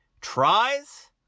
tries